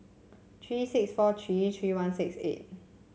three six four three three one six eight